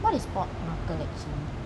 what is pork knuckle actually